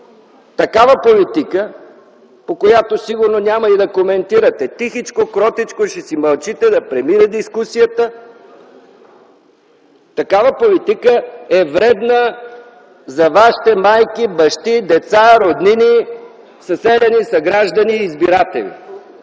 такава политика, по която сигурно няма и да коментирате – тихичко, кротичко, ще си мълчите да премине дискусията. Такава политика е вредна за вашите майки, бащи, деца, роднини, съселяни, съграждани и избиратели,